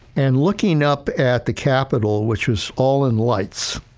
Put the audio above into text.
and looking up at the capitol, which was all in lights,